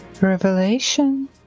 Revelation